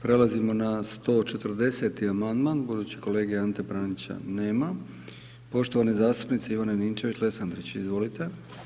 Prelazimo na 140. amandman, budući kolege Ante Pranića nema, poštovane zastupnice Ivane Ninčević Lesandrić, izvolite.